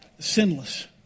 Sinless